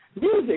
music